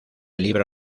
libro